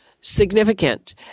significant